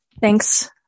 Thanks